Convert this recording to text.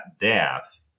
death